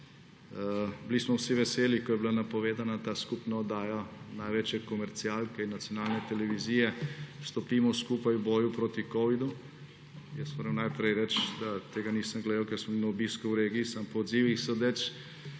Bili smo vsi veseli, ko je bila napovedana ta skupna oddaja največje komercialke in nacionalne televizije, Stopimo skupaj v boju proti covidu. Jaz moram najprej reči, da tega nisem gledal, ker sem bil na obisku v regiji. Samo po odzivih sodeč